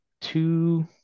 two